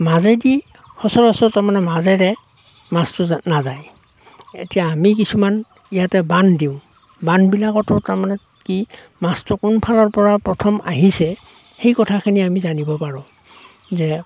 মাজেদি সচৰাচৰ তাৰ মানে মাজেৰে মাছটো নাযায় এতিয়া আমি কিছুমান ইয়াতে বান্ধ দিওঁ বান্ধবিলাকতো তাৰ মানে কি মাছটো কোন ফালৰপৰা প্ৰথম আহিছে সেই কথাখিনি আমি জানিব পাৰোঁ যে